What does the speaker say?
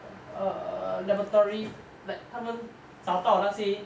a laboratory like 他们找到那些